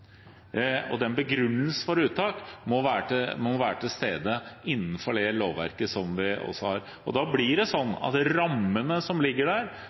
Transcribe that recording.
Den begrunnelsen for uttak må være til stede innenfor det lovverket vi har. Da blir rammene for forvaltningen disse tre: Bernkonvensjonen, naturmangfoldloven og vedtakene i rovviltforliket fra 2011 – og vedtaket om ulv som